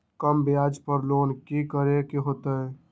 कम ब्याज पर लोन की करे के होतई?